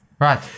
Right